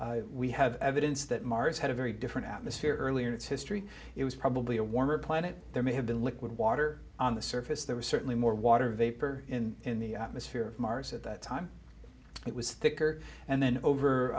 we have evidence that mars had a very different atmosphere early in its history it was probably a warmer planet there may have been liquid water on the surface there was certainly more water vapor in in the atmosphere of mars at that time it was thicker and then over